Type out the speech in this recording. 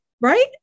right